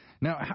Now